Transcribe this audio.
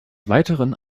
weiteren